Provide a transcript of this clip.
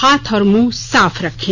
हाथ और मुंह साफ रखें